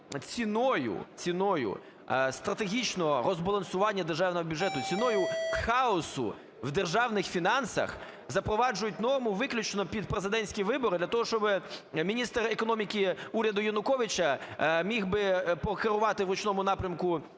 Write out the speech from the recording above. ціною стратегічного розбалансування державного бюджету, ціною хаосу в державних фінансах запроваджують норму виключно під президентські вибори для того, щоб міністр економіки уряду Януковича міг би покерувати в ручному напрямку